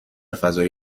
فضای